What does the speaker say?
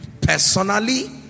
personally